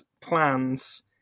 plans